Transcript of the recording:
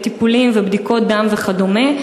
טיפולים ובדיקות דם וכדומה,